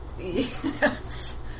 Yes